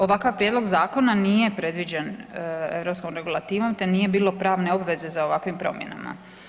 Ovakav prijedlog zakona nije predviđen europskom regulativom te nije bilo pravne obveze za ovakvim promjenama.